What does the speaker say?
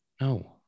No